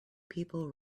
people